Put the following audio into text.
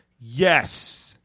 Yes